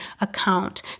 account